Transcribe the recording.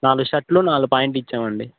నాలుగు షర్టులు నాలుగు పాంట్లు ఇచ్చామండి